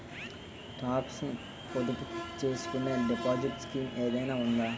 Talks ను పొదుపు చేసుకునే డిపాజిట్ స్కీం ఏదైనా ఉందా?